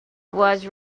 was